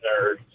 nerd